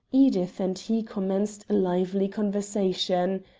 edith and he commenced a lively conversation.